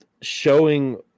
showing